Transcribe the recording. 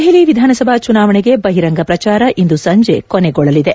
ದೆಹಲಿ ವಿಧಾನಸಭಾ ಚುನಾವಣೆಗೆ ಬಹಿರಂಗ ಪ್ರಚಾರ ಇಂದು ಸಂಜೆ ಕೊನೆಗೊಳ್ಳಲಿದೆ